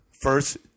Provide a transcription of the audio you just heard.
first